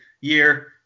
year